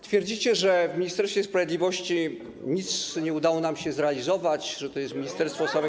Twierdzicie, że w Ministerstwie Sprawiedliwości nic nie udało nam się zrealizować, że to jest ministerstwo samych.